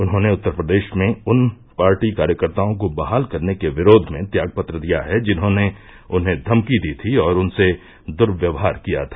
उन्होंने उत्तर प्रदेश में उन पार्टी कार्यकर्ताओं को बहाल करने के विरोध में त्याग पत्र दिया है जिन्होंने उन्हें धमकी दी थी और उनसे दुव्यवहार किया था